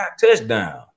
touchdown